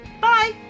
bye